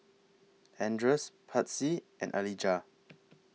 Andres Patsy and Alijah